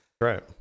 Right